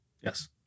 Yes